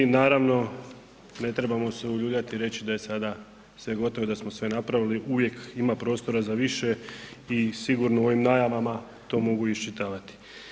Naravno, ne trebamo se uljuljati i reći da je sada sve gotovo i da smo sve napravili, uvijek ima prostora za više i sigurno u ovim najavama to mogu iščitavati.